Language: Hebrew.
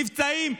נפצעים,